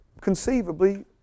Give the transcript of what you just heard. conceivably